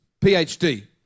PhD